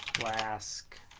last